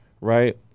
right